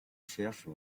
cherche